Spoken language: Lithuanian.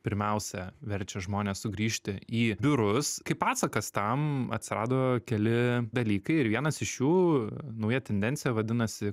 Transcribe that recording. pirmiausia verčia žmones sugrįžti į biurus kaip atsakas tam atsirado keli dalykai ir vienas iš jų nauja tendencija vadinasi